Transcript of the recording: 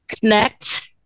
connect